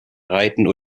reiten